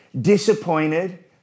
disappointed